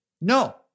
No